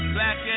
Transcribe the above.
Black